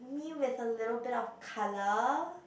me with a little bit of colour